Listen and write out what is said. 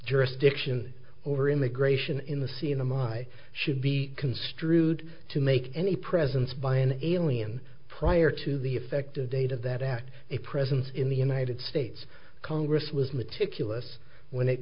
jurisdiction over immigration in the sea in the my should be construed to make any presence by an alien prior to the effective date of that act a presence in the united states congress was meticulous when it